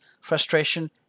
frustration